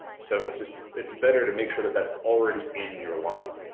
so it's just, it's better to make sure that that's already in your logic,